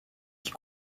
qui